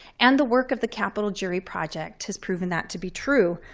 and the work of the capital jury project has proven that to be true.